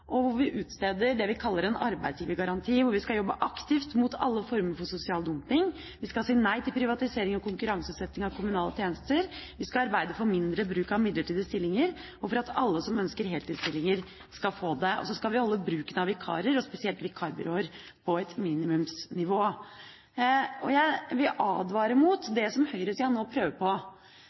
hvor vi utsteder det vi kaller en arbeidsgivergaranti, hvor vi skal jobbe aktivt mot alle former for sosial dumping, vi skal si nei til privatisering og konkurranseutsetting av kommunale tjenester, vi skal arbeide for mindre bruk av midlertidige stillinger og for at alle som ønsker heltidsstillinger, skal få det, og så skal vi holde bruken av vikarer og spesielt vikarbyråer på et minimumsnivå. Jeg vil advare mot det som høyresida nå prøver på,